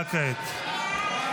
הצבעה כעת.